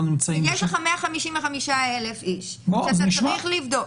--- יש לך 155,000 איש שאתה צריך לבדוק,